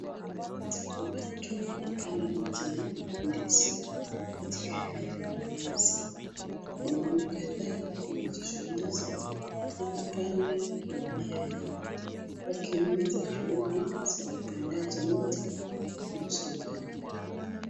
Watu wanapanda miti ya ndizi katika eneo la wazi. Wanaume kadhaa wamejishughulisha na kupanda mimea hio wakionyesha juhudi za upandaji miti mashambani.